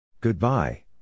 Goodbye